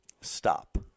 Stop